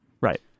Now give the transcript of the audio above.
Right